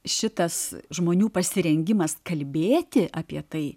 šitas žmonių pasirengimas kalbėti apie tai